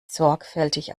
sorgfältig